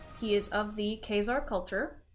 he is of the khazar culture,